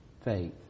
faith